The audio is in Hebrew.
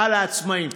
על העצמאים.